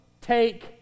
take